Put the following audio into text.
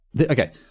okay